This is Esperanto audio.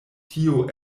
tio